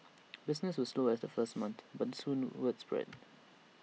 business was slow at the first month but soon word spread